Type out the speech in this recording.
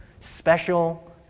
Special